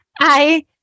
I-